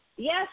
Yes